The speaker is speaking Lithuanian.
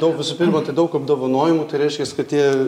daug visų pirma tai daug apdovanojimų tai reiškias kad tie